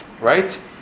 right